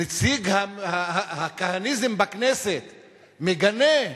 נציג הכהניזם בכנסת מגנה.